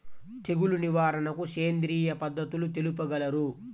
తెగులు నివారణకు సేంద్రియ పద్ధతులు తెలుపగలరు?